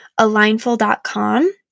alignful.com